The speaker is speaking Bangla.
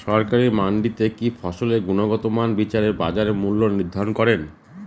সরকারি মান্ডিতে কি ফসলের গুনগতমান বিচারে বাজার মূল্য নির্ধারণ করেন?